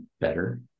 better